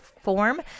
form